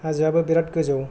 हाजोआबो बिराद गोजौ